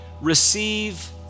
receive